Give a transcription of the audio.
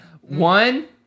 One